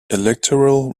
electoral